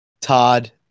Todd